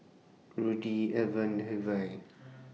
Rudy Alvan Hervey